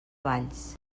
valls